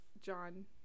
John